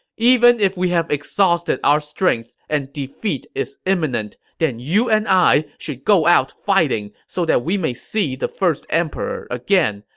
even if we have exhausted our strengths and defeat is imminent, then you and i should go out fighting so that we may see the first emperor again!